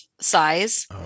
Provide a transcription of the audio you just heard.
size